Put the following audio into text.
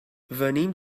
venim